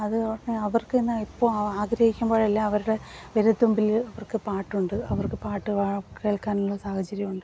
അത് അവർക്ക് ഇന്ന് ഇപ്പോൾ ആഗ്രഹിക്കുമ്പോഴെല്ലാം അവരുടെ വിരൽതുമ്പിൽ അവർക്ക് പാട്ടുണ്ട് അവർക്ക് പാട്ട് കേൾക്കാനുള്ള സാഹചര്യം ഉണ്ട്